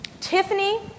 Tiffany